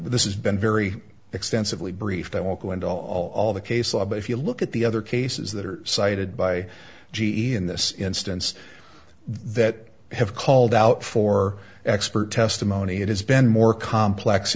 obviously this is been very extensively briefed i won't go into all of the case law but if you look at the other cases that are cited by g e in this instance that have called out for expert testimony it has been more complex